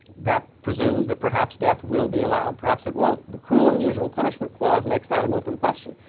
that presumes that perhaps death will be allowed, perhaps it won't. the cruel and unusual punishment clause makes that an open question.